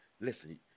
Listen